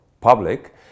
public